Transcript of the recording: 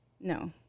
No